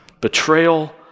betrayal